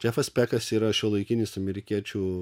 džefas spekas yra šiuolaikinis amerikiečių